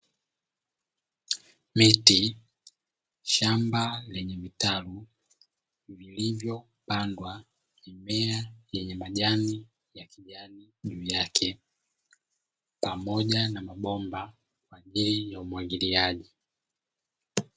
Miti, shamba lenye vitalu vilivyopandwa mimea yenye rangi ya kijani juu yake pamoja na mabomba yenye umwagiliaji.